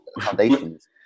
Foundations